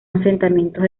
asentamientos